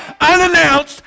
unannounced